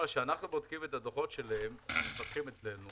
כשאנחנו בודקים את הדוחות שלהם אצלנו